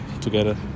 together